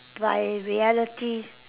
by reality